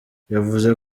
yavuze